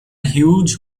huge